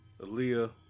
Aaliyah